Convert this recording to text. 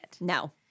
No